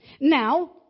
Now